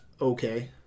okay